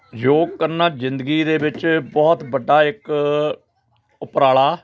ਯੋਗ ਕਰਨਾ ਜ਼ਿੰਦਗੀ ਦੇ ਵਿੱਚ ਬਹੁਤ ਵੱਡਾ ਇੱਕ ਉਪਰਾਲਾ